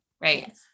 Right